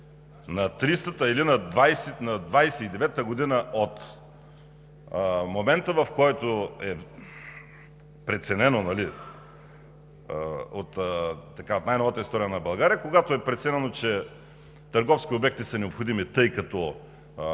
на двадесет и деветата година от момента, в който е преценено от най-новата история на България, когато е преценено, че търговски обекти са необходими, тъй като